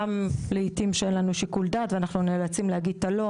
גם לעיתים שאין לנו שיקול דעת ואנחנו נאלצים להגיד את הלא,